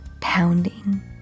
pounding